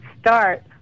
start